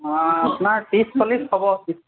আপোনাৰ ত্ৰিছ চল্লিছ হ'ব